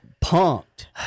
pumped